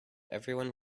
everyone